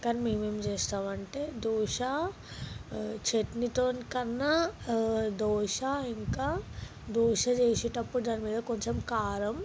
కాని మేము ఏం చేస్తామంటే దోశ చట్నీతో కన్నా దోశ ఇంకా దోశ చేసేటప్పుడు దాని మీద కొంచెం కారం